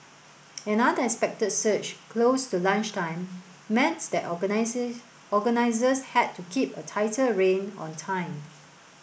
an unexpected surge close to lunchtime meant that organisers had to keep a tighter rein on time